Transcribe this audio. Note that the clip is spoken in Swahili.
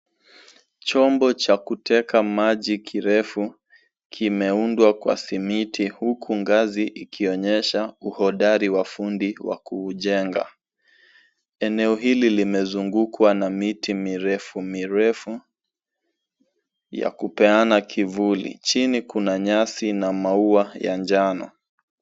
Chombo cha kuteka maji kirefu kimeundwa kwa simiti huku ngazi ikionyesha uhodari wa ufundi wa kuujenga. Eneo hili limezungukwa na miti mirefu mirefu ya kupeana kivuli. Chini kuna nyasi na maua ya njano.